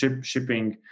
shipping